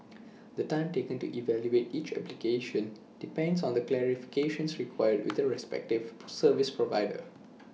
the time taken to evaluate each application depends on the clarifications required with the respective service provider